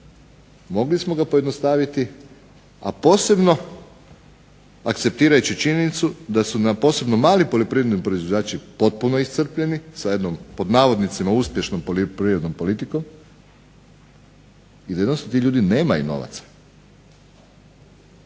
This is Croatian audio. mogli smo ga pojednostaviti, a posebno akceptirajući činjenicu da su nam posebno mali poljoprivredni proizvođači potpuno iscrpljeni sa jednom pod navodnicima uspješnom poljoprivrednom politikom i da jednostavno ti ljudi nemaju novaca.